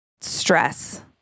stress